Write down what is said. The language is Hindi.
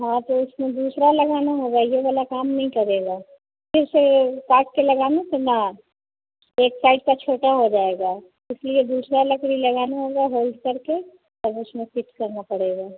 हाँ तो उसमें दूसरा लगवाना होगा यह वाला काम नहीं करेगा फिर से काट कर लगाने से ना एक साइड का छोटा हो जाएगा इसलिए दूसरा लकड़ी लगाना होगा होल करके तब उसमें फिट करना पड़ेगा